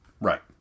Right